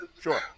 sure